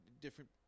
different